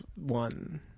one